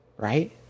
Right